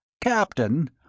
Captain